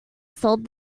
sold